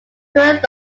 current